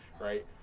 right